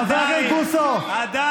חבר הכנסת בוסו, ברוך הבא למליאה.